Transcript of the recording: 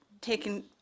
taken